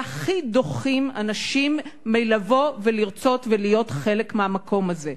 והכי דוחים אנשים מלבוא ולרצות ולהיות חלק מהמקום הזה.